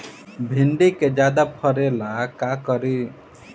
भिंडी के ज्यादा फरेला का करी?